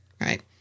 Right